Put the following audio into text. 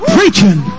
Preaching